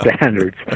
standards